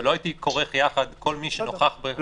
אבל לא הייתי כורך יחד את כל מי שנוכח בישיבות מועצה.